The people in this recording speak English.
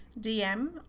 DM